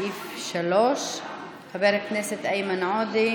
לסעיף 3. חבר הכנסת איימן עודה,